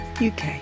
UK